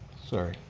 sorry.